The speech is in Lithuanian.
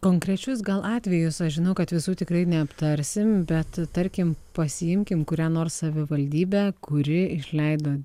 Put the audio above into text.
konkrečius gal atvejus aš žinau kad visų tikrai neaptarsim bet tarkim pasiimkim kurią nors savivaldybę kuri išleido